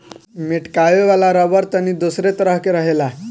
मेटकावे वाला रबड़ तनी दोसरे तरह के रहेला